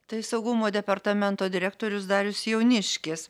tai saugumo departamento direktorius darius jauniškis